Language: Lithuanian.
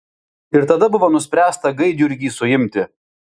ir tada buvo nuspręsta gaidjurgį suimti